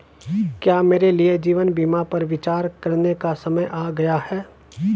क्या मेरे लिए जीवन बीमा पर विचार करने का समय आ गया है?